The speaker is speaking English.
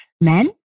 men